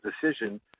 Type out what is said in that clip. decision